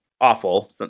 awful